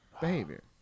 behavior